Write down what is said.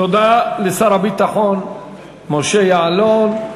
תודה לשר הביטחון משה יעלון.